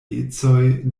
ecoj